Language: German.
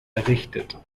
errichtet